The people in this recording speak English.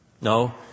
No